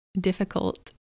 difficult